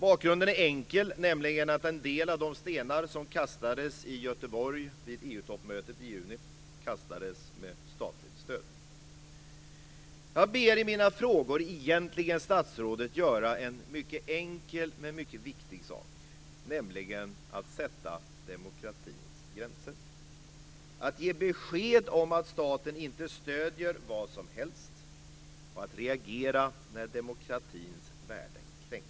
Bakgrunden är enkel, nämligen att en del av de stenar som kastades i Göteborg vid EU Jag ber i mina frågor egentligen statsrådet göra en mycket enkel men mycket viktig sak, nämligen att sätta demokratins gränser, att ge besked om att staten inte stöder vad som helst och att reagera när demokratins värden kränks.